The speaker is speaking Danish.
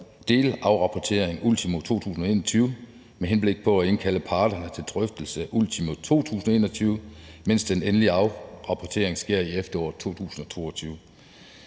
delrapportering ultimo 2021 med henblik på at indkalde parterne til drøftelse ultimo 2021, mens den endelige afrapportering sker i efteråret 2022.